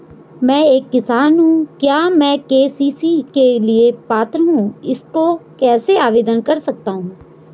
मैं एक किसान हूँ क्या मैं के.सी.सी के लिए पात्र हूँ इसको कैसे आवेदन कर सकता हूँ?